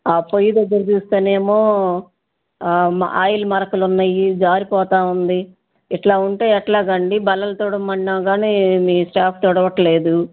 ఆ పొయ్యి దగ్గర చూస్తే ఏమో మా ఆయిల్ మరకలు ఉన్నాయి జారిపోతు ఉంది ఇట్లా ఉంటే ఎట్లాగండి బల్లలు తుడవమన్నకానీ మీ స్టాఫ్ తుడవట్లేదు